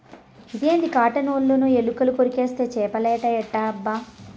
ఇదేంది కాటన్ ఒలను ఎలుకలు కొరికేస్తే చేపలేట ఎట్టబ్బా